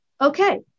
okay